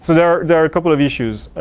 there there are couple of issues.